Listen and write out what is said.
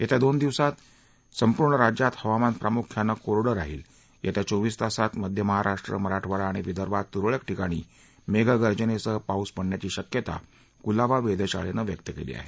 येत्या दोन दिवसात संपूर्ण राज्यात हवामान प्रामुख्यानं कोरडं राहील येत्या चोवीस तासात मध्य महाराष्ट्र मराठवाडा आणि विदर्भात तुरळक ठिकाणी मेघगर्जनेसह पाऊस पडण्याची शक्यता कुलाबा वेधशाळेनं व्यक्त केली आहे